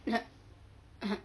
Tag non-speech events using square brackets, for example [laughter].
[laughs]